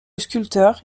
sculpteur